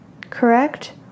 Correct